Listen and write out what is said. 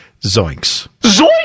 Zoinks